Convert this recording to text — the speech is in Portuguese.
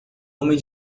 homem